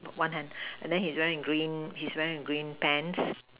no one hand and then he's wearing in green he's wearing in green pants